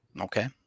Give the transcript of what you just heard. okay